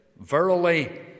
Verily